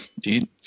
dude